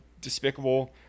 despicable